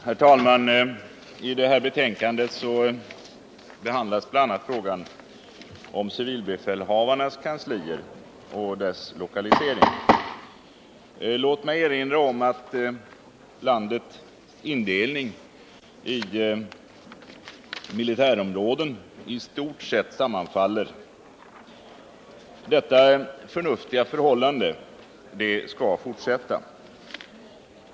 Herr talman! I försvarsutskottets betänkande nr 15 behandlas bl.a. frågan om lokaliseringen av civilbefälhavarnas kanslier. Låt mig erinra om att landets indelning i militärområden i stort sett sammanfaller med denna lokalisering. Detta förnuftiga förhållande skall fortsätta.